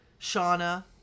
Shauna